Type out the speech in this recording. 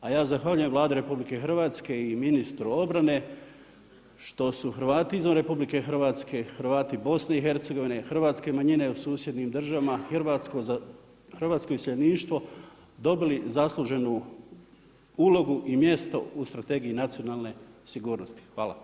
A ja zahvaljujem Vladi RH i ministru obrane što su Hrvati izvan RH, Hrvati BiH, hrvatske manjine u susjednim državama, hrvatsko iseljeništvo dobili zasluženu ulogu i mjestu u Strategiji nacionalne sigurnosti.